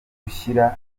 gushyira